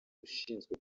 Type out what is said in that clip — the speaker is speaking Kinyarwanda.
ushinzwe